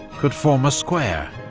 could form a square